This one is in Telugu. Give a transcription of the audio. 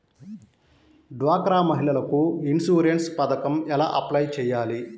డ్వాక్రా మహిళలకు ఇన్సూరెన్స్ పథకం ఎలా అప్లై చెయ్యాలి?